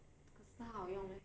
这个是很好用 meh